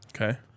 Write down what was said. Okay